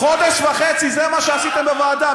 חודש וחצי זה מה שעשיתם בוועדה,